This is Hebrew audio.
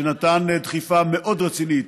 שנתן דחיפה מאוד רצינית